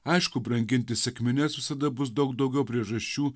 aišku branginti sekmines visada bus daug daugiau priežasčių